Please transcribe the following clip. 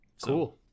Cool